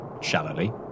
shallowly